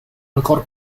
ancora